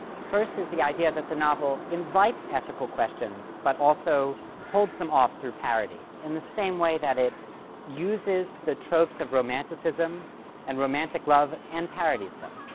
first is the idea that the novel invites ethical questions but also holds them off through parody in the same way that it uses the tropes of romanticism and romantic love and parodies them.